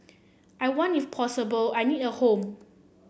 I want if possible I need a home